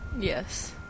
yes